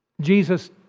Jesus